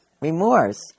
remorse